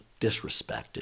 disrespected